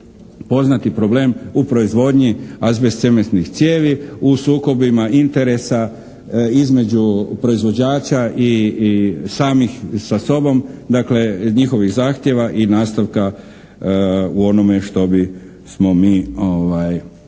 poznati problem u proizvodnje azbestcementnih cijevi u sukobima interesa između proizvođača i samih sa sobom dakle njihovih zahtjeva i nastavka u onome što bismo mi